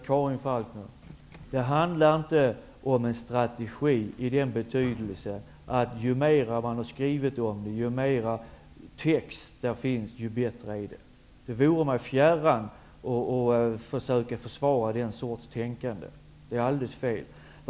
Herr talman! Det handlar inte, Karin Falkmer, om en strategi i betydelsen att ju mer text det finns desto bättre är det. Det vore mig fjärran att försöka att försvara den sortens tänkande. Det vore alldeles fel.